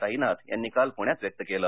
साईनाथ यांनी काल पुण्यात व्यक्त केलं